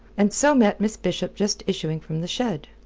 and so met miss bishop just issuing from the shed.